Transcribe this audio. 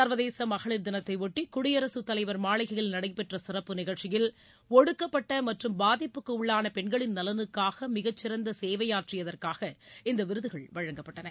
சர்வதேச மகளிர் தினத்தையொட்டி குடியரசு தலைவர் மாளிகையில் நடைபெற்ற சிறப்பு நிகழ்ச்சியில் ஒடுக்கப்பட்ட மற்றும் பாதிப்புக்குள்ளான பெண்களின் நலனுக்காக மிகச் சிறந்த சேவையாற்றியதற்காக இந்த விருதுகள் வழங்கப்பட்டன